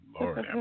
Lord